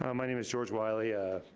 um my name is george wiley. i